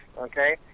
okay